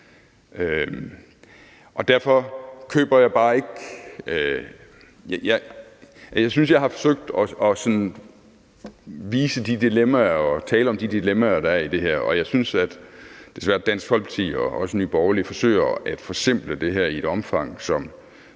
det hele var så enkelt. Jeg synes, jeg har forsøgt at vise de dilemmaer, tale om de dilemmaer, der er i det her, men jeg synes desværre, at Dansk Folkeparti og Nye Borgerlige forsøger at forsimple det her i et omfang, som